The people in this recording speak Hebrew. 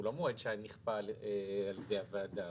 זה לא מועד שנכפה על-ידי הוועדה,